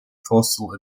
postal